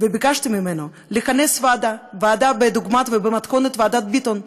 וביקשתי ממנו לכנס ועדה במתכונת ועדת ביטון,